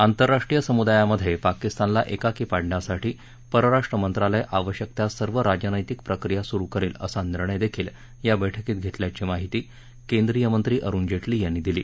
आंतरराष्ट्रीय समुदायामध्ये पाकिस्तानला एकाकी पाडण्यासाठी परराष्ट्र मंत्रालय आवश्यक त्या सर्व राजनैतिक प्रक्रिया सुरू करेल असा निर्णयही या बैठकीत घेतल्याची माहिती केंद्रीय मंत्री अरुण जेटली यांनी दिली